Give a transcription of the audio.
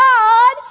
God